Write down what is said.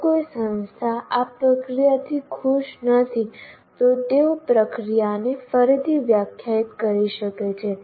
જો કોઈ સંસ્થા આ પ્રક્રિયાથી ખુશ નથી તો તેઓ પ્રક્રિયાને ફરીથી વ્યાખ્યાયિત કરી શકે છે